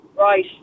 right